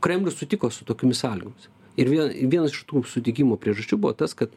kremlius sutiko su tokiomis sąlygomis ir vėl vienas iš tų sutikimo priežasčių buvo tas kad